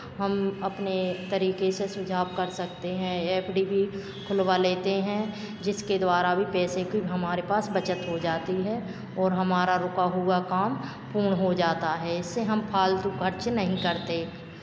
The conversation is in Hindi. हम अपने तरीके से सुझाव कर सकते हैं एफ डी भी खुलवा लेते हैं जिसके द्वारा भी पैसे की हमारे पास बचत हो जाती है और हमारा रुका हुआ काम पूर्ण हो जाता है इससे हम फालतू खर्च नहीं करते